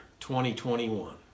2021